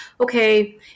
okay